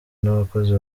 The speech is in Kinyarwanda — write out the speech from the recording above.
n’abakozi